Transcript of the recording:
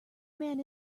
man